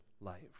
life